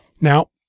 Now